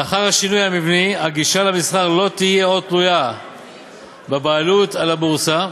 לאחר השינוי המבני הגישה למסחר לא תהיה עוד תלויה בבעלות על הבורסה,